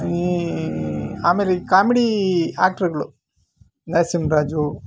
ಈ ಆಮೇಲೆ ಈ ಕಾಮಿಡಿ ಆ್ಯಕ್ಟ್ರಗಳು ನರಸಿಂಹರಾಜು